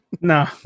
No